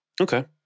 Okay